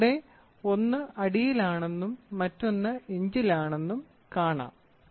നിങ്ങൾക്ക് ഇവിടെ ഒന്ന് അടിയിലാണെന്നും മറ്റൊന്ന് ഇഞ്ചിലാണെന്നും കാണാം